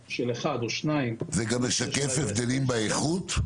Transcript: זה גם משקף הבדלים באיכות?